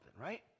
right